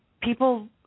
people